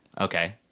Okay